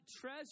treasure